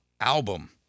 album